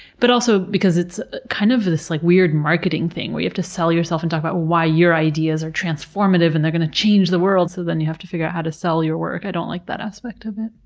but also because it's, kind of, this like weird marketing thing where you have to sell yourself, and talk about why your idea are transformative and they're going to change the world. so you have to figure out how to sell your work. i don't like that aspect of it.